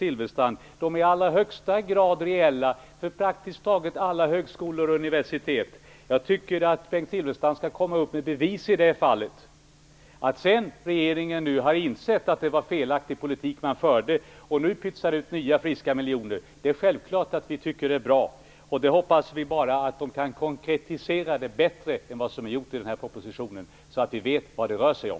De är i allra högsta grad reella för praktiskt taget alla högskolor och universitet. Jag tycker att Bengt Silfverstrand skall komma upp till bevis i det fallet. Att regeringen nu har insett att det var en felaktig politik och pytsar ut nya friska miljoner tycker vi självklart är bra. Vi hoppas bara att det konkretiseras bättre än vad som gjots i propositionen så att vi vet vad det rör sig om.